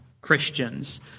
Christians